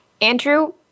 Andrew